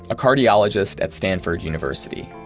a cardiologist at stanford university.